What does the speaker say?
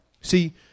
See